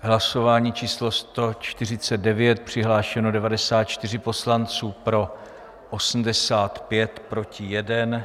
Hlasování číslo 149, přihlášeno 94 poslanců, pro 85, proti jeden.